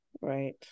Right